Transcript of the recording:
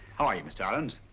how are you, mr. ahrens?